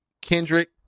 Kendrick